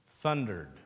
thundered